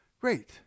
great